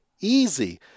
easy